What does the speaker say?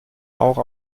auch